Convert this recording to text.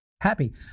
happy